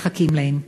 מחכים להם.